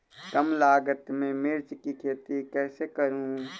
कम लागत में मिर्च की खेती कैसे करूँ?